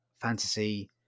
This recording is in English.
fantasy